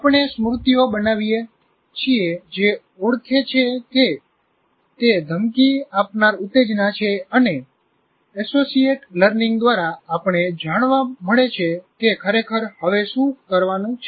આપણે સ્મૃતિઓ બનાવીએ છીએ જે ઓળખે છે કે તે ધમકી આપનાર ઉત્તેજના છે અને અસોસીયેટ લર્નિંગ દ્વારા આપણે જાણવા મળે છે કે ખરેખર હવે શું કરવાનું છે